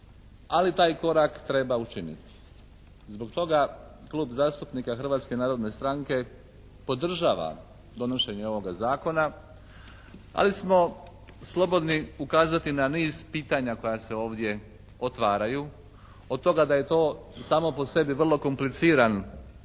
ali taj korak treba učiniti. Zbog toga Klub zastupnika Hrvatske narodne stranke podržava donošenje ovoga zakona ali smo slobodni ukazati na niz pitanja koja se ovdje otvaraju od toga da je to samo po sebi vrlo kompliciran